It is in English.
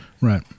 Right